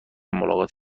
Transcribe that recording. ملاقات